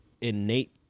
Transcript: innate